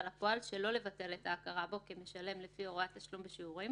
לפועל שלא לבטל את ההכרה בו כמשלם לפי הוראת תשלום בשיעורים,